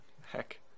Heck